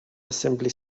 assembly